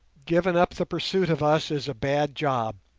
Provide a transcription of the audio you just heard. given up the pursuit of us as a bad job.